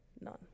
none